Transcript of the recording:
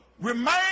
remain